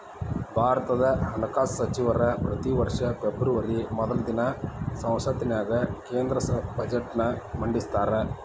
ಭಾರತದ ಹಣಕಾಸ ಸಚಿವರ ಪ್ರತಿ ವರ್ಷ ಫೆಬ್ರವರಿ ಮೊದಲ ದಿನ ಸಂಸತ್ತಿನ್ಯಾಗ ಕೇಂದ್ರ ಬಜೆಟ್ನ ಮಂಡಿಸ್ತಾರ